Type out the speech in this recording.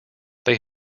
they